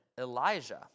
Elijah